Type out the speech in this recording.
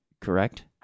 correct